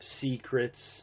secrets